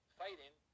fighting